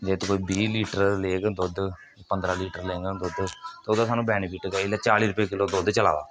जेकर कोई बीह् लीटर लेग दुद्ध पंदरां लीटर लेंगन दुद्ध ते ओहदा सानू बेनीफिट गै इसलै चाली रपेऽ किलो दुद्ध चला दा